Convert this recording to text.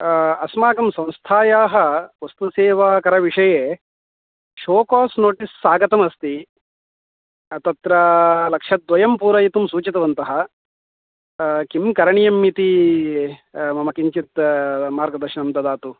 अस्माकं सस्थायाः वस्तुसेवाकरविषये शो कास् नोटिस् आगम् अस्ति तत्र लक्षद्वयं पूरयितुं सूचितवन्तः किं करणीयम् इति म किञ्चित् मार्गदर्शनं ददातु